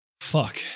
Fuck